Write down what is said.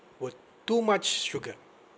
with too much sugar